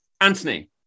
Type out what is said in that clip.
Anthony